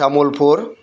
Tamulpur